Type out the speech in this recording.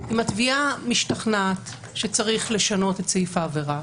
אם התביעה משתכנעת שצריך לשנות את סעיף העבירה,